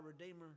Redeemer